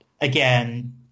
again